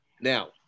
Now